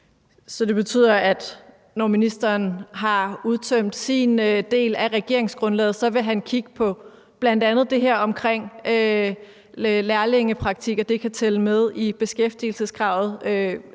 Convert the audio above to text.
Så betyder det, at når ministeren har udtømt sin del af regeringsgrundlaget, vil han kigge på bl.a. det her omkring lærlingepraktik og på, om det kan tælle med i beskæftigelseskravet?